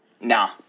Nah